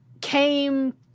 came